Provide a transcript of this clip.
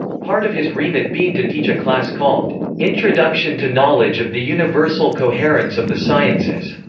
part of his remit being to teach a class called introduction to knowledge of the universal coherence of the sciences,